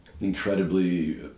incredibly